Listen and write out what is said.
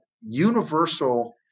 universal